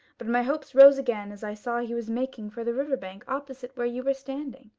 but my hopes rose again as i saw he was making for the river bank opposite where you were standing.